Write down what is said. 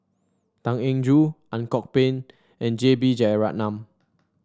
Tan Eng Joo Ang Kok Peng and J B Jeyaretnam